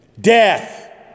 death